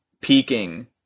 peaking